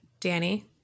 Danny